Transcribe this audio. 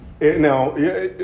Now